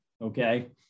okay